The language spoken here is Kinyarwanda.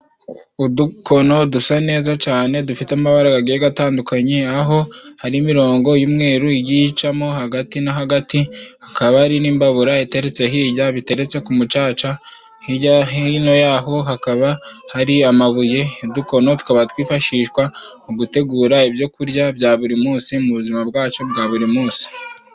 Udukono dusa neza cane dufite amabara gagiye gatandukanye aho hari imirongo y'umweru igiye icamo hagati na hagati hakaba hari n'imbabura iteretse hirya biteretse ku mucaca hirya hino yaho hakaba hari amabuye udukono tukaba twifashishwa mu gutegura ibyo kurya bya buri munsi mu buzima bwacu bwa buri munsi.